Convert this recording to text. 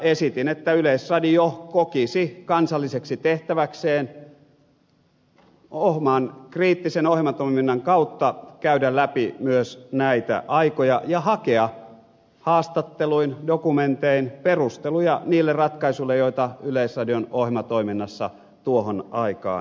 esitin että yleisradio kokisi kansalliseksi tehtäväkseen oman kriittisen ohjelmatoiminnan kautta käydä läpi myös näitä aikoja ja hakea haastatteluin dokumentein perusteluja niille ratkaisuille joita yleisradion ohjelmatoiminnassa tuohon aikaan tehtiin